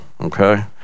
okay